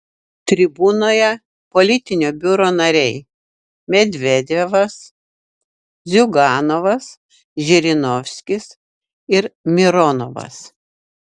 tribūnoje politinio biuro nariai medvedevas ziuganovas žirinovskis ir mironovas